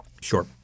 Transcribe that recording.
Sure